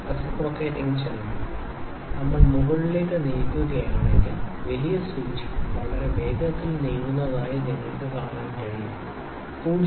reciprocating ചലനo നമ്മൾ മുകളിലേക്ക് നീക്കുകയാണെങ്കിൽ വലിയ സൂചി വളരെ വേഗത്തിൽ നീങ്ങുന്നതായി നിങ്ങൾക്ക് കാണാൻ കഴിയും 0